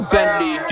Bentley